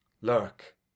Lurk